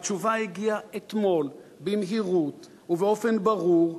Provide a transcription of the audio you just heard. והתשובה הגיעה אתמול, במהירות ובאופן ברור,